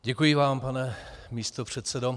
Děkuji vám, pane místopředsedo.